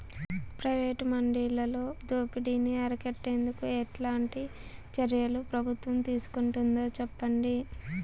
Private మండీలలో దోపిడీ ని అరికట్టేందుకు ఎట్లాంటి చర్యలు ప్రభుత్వం తీసుకుంటుందో చెప్పండి?